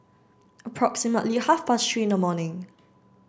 approximately half past three in the morning